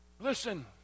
Listen